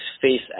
face